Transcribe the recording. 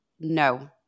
No